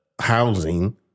housing